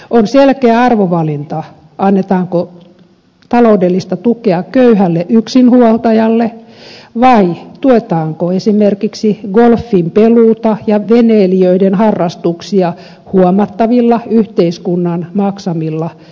on selkeä arvovalinta annetaanko taloudellista tukea köyhälle yksinhuoltajalle vai tuetaanko esimerkiksi golfinpeluuta ja veneilijöiden harrastuksia huomattavilla yhteiskunnan maksamilla tukiaisilla